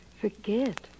Forget